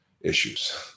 issues